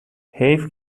حیف